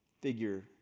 Figure